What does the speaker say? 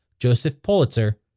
joseph pulitzer,